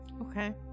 Okay